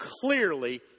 clearly